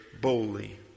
boldly